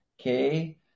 Okay